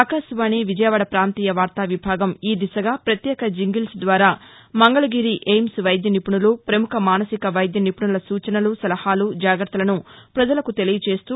ఆకాశవాణి విజయవాడ పాంతీయ వార్తా విభాగం ఈ దిశగా ప్రత్యేక జింగిల్స్ ద్వారా మంగళగిరి ఎయిమ్స్ వైద్య నిపుణులు ప్రముఖ మానసిక వైద్య నిపుణుల సూచనలు సలహాలు జాగ్రత్తను ప్రజలకు తెలియచేస్తూ